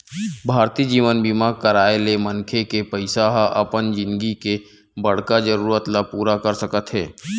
भारतीय जीवन बीमा कराय ले मनखे के पइसा ह अपन जिनगी के बड़का जरूरत ल पूरा कर सकत हे